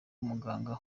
umuganga